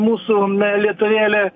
mūsų lietuvėlė